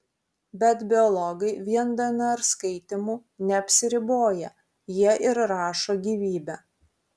bet biologai vien dnr skaitymu neapsiriboja jie ir rašo gyvybę